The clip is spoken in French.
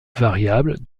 variable